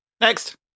Next